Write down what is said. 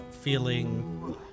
feeling